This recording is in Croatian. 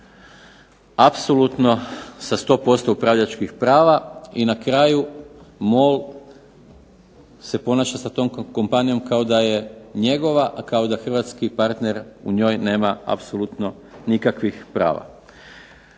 apsolutno sa 100% upravljačkih prava. I na kraju MOL se ponaša sa tom kompanijom kao da je njegova, a kao da hrvatski partner u njoj nema apsolutno nikakvih prava.